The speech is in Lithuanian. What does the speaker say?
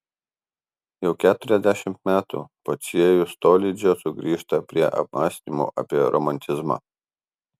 jau keturiasdešimt metų pociejus tolydžio sugrįžta prie apmąstymų apie romantizmą